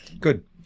Good